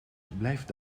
blijft